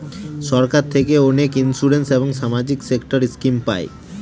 সরকার থেকে অনেক ইন্সুরেন্স এবং সামাজিক সেক্টর স্কিম পায়